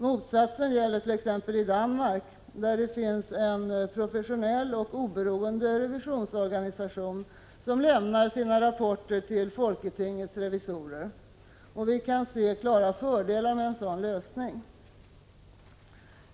Motsatsen gäller t.ex. i Danmark, där det finns en professionell och oberoende revisionsorganisation som lämnar sina rapporter till folketingets revisorer. Vi kan se klara fördelar med en sådan lösning.